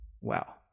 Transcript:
Wow